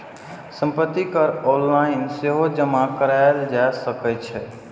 संपत्ति कर ऑनलाइन सेहो जमा कराएल जा सकै छै